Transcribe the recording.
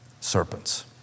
Serpents